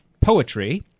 poetry